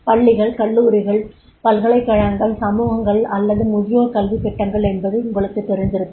பள்ளிகள் கல்லூரிகள் பல்கலைக்கழகங்கள் சமூகங்கள் அல்லது முதியோர் கல்வித் திட்டங்கள் என்பது உங்களுக்குத் தெரிந்திருக்கும்